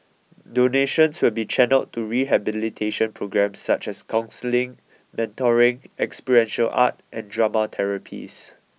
donations will be channelled to rehabilitation programmes such as counselling mentoring experiential art and drama therapies